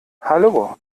hallo